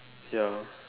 ya